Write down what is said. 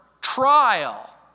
trial